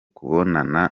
kubonana